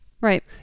Right